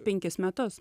penkis metus